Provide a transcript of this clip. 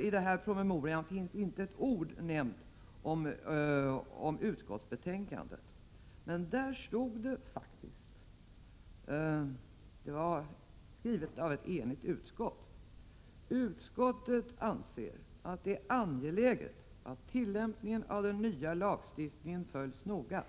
I den aktuella promemorian finns inte ett ord nämnt om utskottsbetänkandet. Men i betänkandet står det faktiskt, skrivet av ett enhälligt utskott: ”Utskottet anser att det är angeläget att tillämpningen av den nya lagstiftningen följs noga,